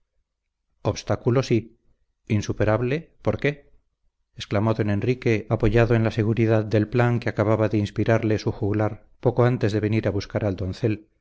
obstáculo sí insuperable por qué exclamó don enrique apoyado en la seguridad del plan que acaba de inspirarle su juglar poco antes de venir a buscar al doncel